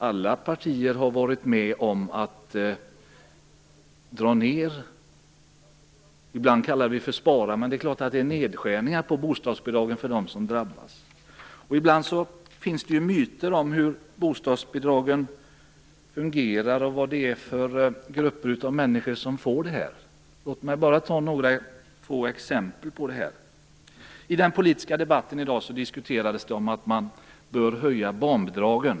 Alla partier har varit med om att dra ned. Ibland kallar vi det för att spara, men det är klart att det handlar om nedskärningar på bostadsbidragen för dem som drabbas. Ibland finns det myter om hur bostadsbidragen fungerar och vilka grupper av människor som får bostadsbidrag. Jag skall nämna några exempel. I den politiska debatten i dag diskuteras det att man bör höja barnbidragen.